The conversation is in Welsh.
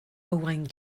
owain